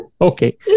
Okay